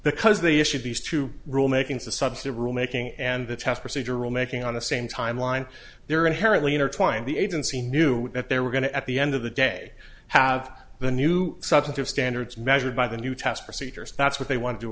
because they issued these two rulemaking to subsume rule making and the test procedural making on the same timeline they're inherently intertwined the agency knew that they were going to at the end of the day have the new substantive standards measured by the new test procedures that's what they want to